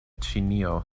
ĉinio